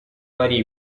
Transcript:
varie